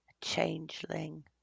changeling